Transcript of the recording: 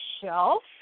shelf